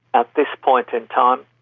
at this point in time,